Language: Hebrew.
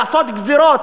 לעשות גזירות,